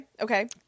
Okay